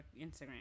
instagram